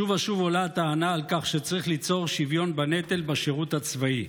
שוב ושוב עולה הטענה שצריך ליצור שוויון בנטל בשירות הצבאי,